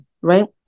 right